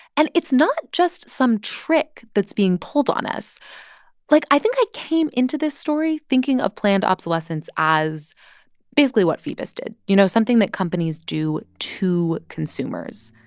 and it's not just some trick that's being pulled on us like, i think i came into this story thinking of planned obsolescence as basically what phoebus did you know, something that companies do to consumers.